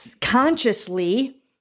consciously